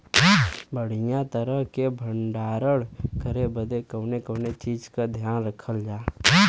बढ़ियां तरह से भण्डारण करे बदे कवने कवने चीज़ को ध्यान रखल जा?